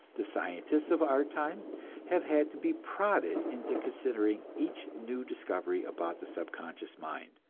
the scientists of our time have had to be prodded into considering each new discovery about the subconscious mind,